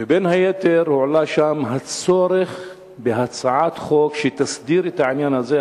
ובין היתר הועלה שם הצורך בהצעת חוק שתסדיר את העניין הזה.